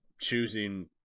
choosing